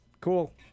cool